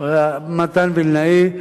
מתן וילנאי,